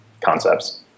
concepts